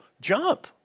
jump